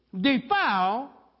defile